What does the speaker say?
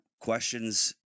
questions